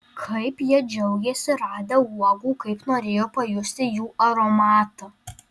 kaip jie džiaugėsi radę uogų kaip norėjo pajusti jų aromatą